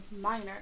Minor